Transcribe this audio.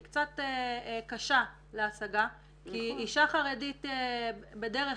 היא קצת קשה להשגה כי אישה חרדית בדרך